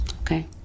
Okay